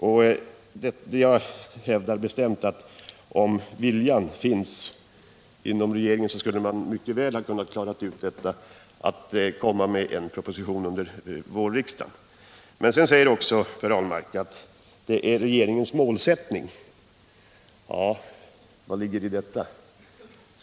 Jag hävdar bestämt att om den viljan hade funnits inom regeringen skulle regeringen mycket väl ha kunnat klara av att komma med en proposition redan under vårriksdagen. Sedan säger också Per Ahlmark att det är regeringens målsättning, men vad ligger i detta?